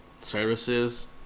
services